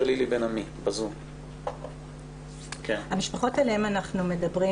הגדול של המשפחות שעליהן אנחנו מדברים